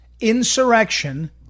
insurrection